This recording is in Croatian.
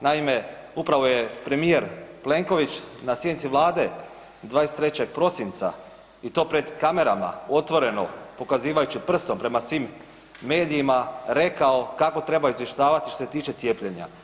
Naime, upravo je premijer Plenković na sjednici Vlade 23.prosinca i to pred kamerama otvoreno pokazivajući prstom prema svim medijima rekao kako treba izvještavati što se tiče cijepljenja.